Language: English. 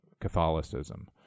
Catholicism